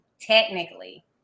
technically